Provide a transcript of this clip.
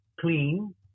clean